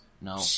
No